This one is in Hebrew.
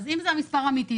אם זה המספר האמיתי,